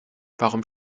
warum